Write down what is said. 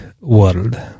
World